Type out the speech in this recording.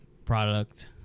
product